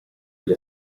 gli